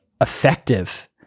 effective